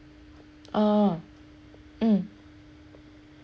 ah mm